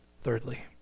Thirdly